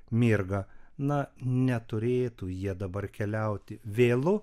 mirga na neturėtų jie dabar keliauti vėlu